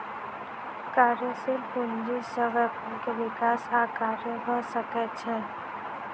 कार्यशील पूंजी से व्यापार के विकास आ कार्य भ सकै छै